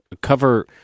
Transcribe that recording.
cover